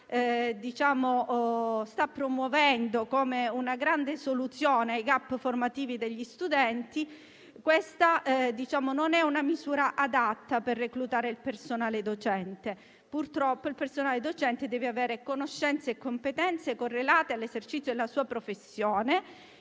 sta promuovendo come una grande soluzione ai *gap* formativi degli studenti. Questa non è una misura adatta per reclutare il personale docente, che invece deve avere conoscenze e competenze correlate all'esercizio della sua professione,